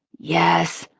yes,